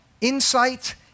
insight